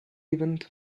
event